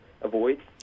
avoid